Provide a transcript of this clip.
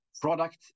product